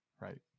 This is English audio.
Right